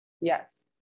yes